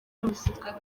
muzika